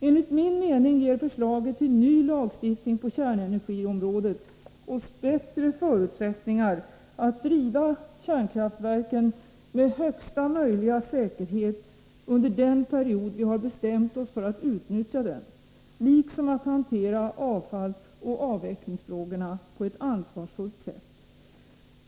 Enligt min mening ger oss förslaget till ny lagstiftning på kärnenergiområdet bättre förutsättningar att driva kärnkraftverken med högsta möjliga säkerhet under den period vi har bestämt oss för att utnyttja dem, liksom att hantera avfallsoch avvecklingsfrågorna på ett ansvarsfullt sätt.